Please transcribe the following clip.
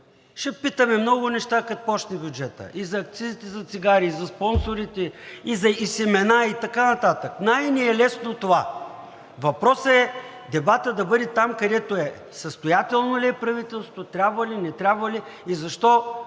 Ще питаме много неща, като започне бюджетът – и за акцизите за цигари, и за спонсорите, и семена, и така нататък. Най-ни е лесно това. Въпросът е дебатът да бъде там, където е – състоятелно ли е правителството, трябва ли, не трябва ли и защо